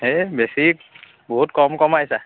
হেই বেছি বহুত কম কমাইছা